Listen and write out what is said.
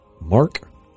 Mark